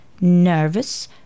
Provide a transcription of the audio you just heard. nervous